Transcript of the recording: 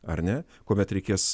ar ne kuomet reikės